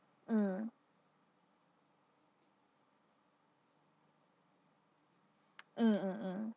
mm mm mmhmm